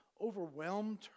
overwhelmed